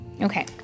Okay